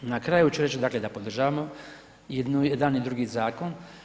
Na kraju ću reći, dakle, da podržavamo jedan i drugi zakon.